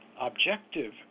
objective